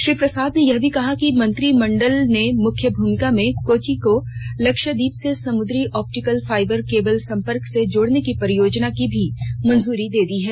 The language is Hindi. श्री प्रसाद ने यह भी कहा कि मंत्रिमंडल ने मुख्य भूमि में कोच्चि को लक्षद्वीप से समुद्री ऑप्टिकल फाइबर केबल संपर्क से जोडने की परियोजना को भी मंजूरी दे दी है